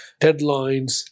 deadlines